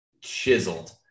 chiseled